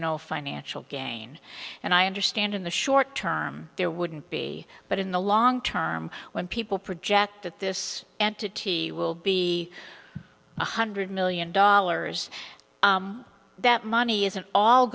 no financial gain and i understand in the short term there wouldn't be but in the long term when people project that this entity will be one hundred million dollars that money isn't all